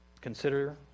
consider